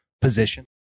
position